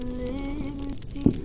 liberty